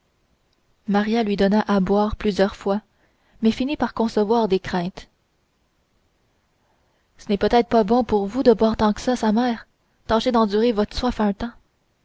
maria lui donna à boire plusieurs fois mais finit par concevoir des craintes ça n'est peut-être pas bon pour vous de boire tant que ça sa mère tâchez d'endurer votre soif un temps